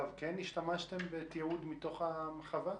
אתם כן השתמשתם בתיעוד מתוך החווה?